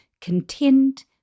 content